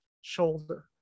shoulder